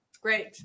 Great